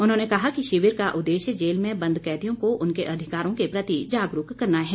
उन्होंने कहा कि शिविर का उद्देश्य जेल में बंद कैदियों को उनके अधिकारों के प्रति जागरूक करना है